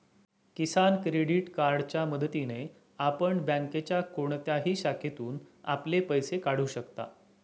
किसान credit कार्डच्या मदतीने आपण बँकेच्या कोणत्याही शाखेतून आपले पैसे काढू शकता